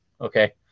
Okay